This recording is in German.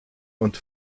und